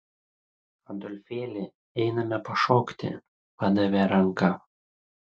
adolfėli einame pašokti padavė ranką